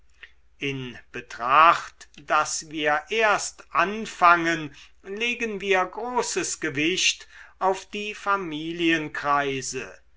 in betracht daß wir erst anfangen legen wir großes gewicht auf die